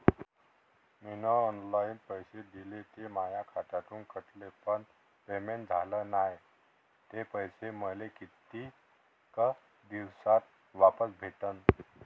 मीन online पैसे दिले, ते माया खात्यातून कटले, पण पेमेंट झाल नायं, ते पैसे मले कितीक दिवसात वापस भेटन?